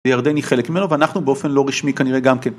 ירדן היא חלק ממנו ואנחנו באופן לא רשמי כנראה גם כן.